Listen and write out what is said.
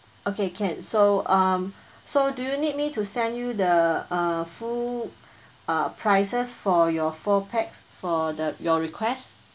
okay can so um so do you need me to send you the uh full uh prices for your four pax for the your request